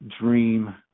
dream